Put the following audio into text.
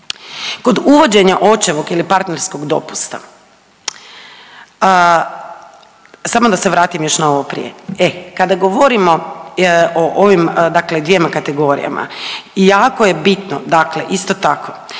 Kod uvođenja očevog ili partnerskog dopusta, samo da se vratim još na ovo prije, e kada govorimo o ovim dakle dvjema kategorija jako je bitno dakle isto tako